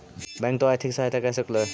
bank तोर आर्थिक सहायता कर सकलो हे